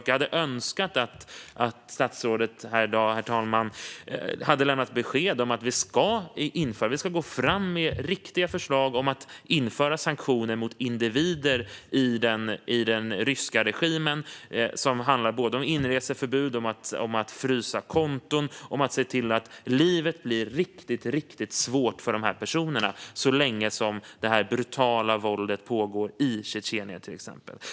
Jag hade önskat att statsrådet här i dag, herr talman, hade lämnat besked om att vi ska gå fram med riktiga förslag om att införa sanktioner mot individer i den ryska regimen som handlar om inreseförbud, om att frysa konton och om att se till att livet blir riktigt svårt för dessa personer så länge som det brutala våldet i exempelvis Tjetjenien pågår.